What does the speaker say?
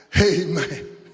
Amen